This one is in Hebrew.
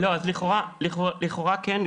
לכאורה, כן.